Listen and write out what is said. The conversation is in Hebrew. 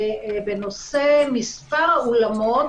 בנושא מספר האולמות,